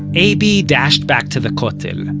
abie dashed back to the kotel,